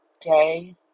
day